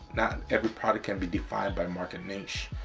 not every product can be defined by market niche.